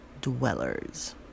dwellers